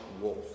wolf